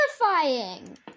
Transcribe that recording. terrifying